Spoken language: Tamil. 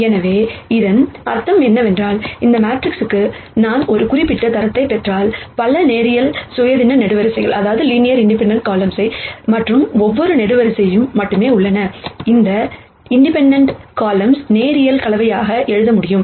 எனவே இதன் அர்த்தம் என்னவென்றால் இந்த மேட்ரிக்ஸுக்கு நான் ஒரு குறிப்பிட்ட தரத்தைப் பெற்றால் பல லீனியர் இண்டிபெண்டெண்ட் காலம்கள் மற்றும் ஒவ்வொரு காலம்கள் மட்டுமே உள்ளன அந்த இண்டிபெண்டெண்ட் காலம்கள் லீனியர் காம்பினேஷன் எழுத முடியும்